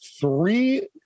three